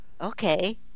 okay